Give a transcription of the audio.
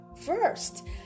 First